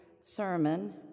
sermon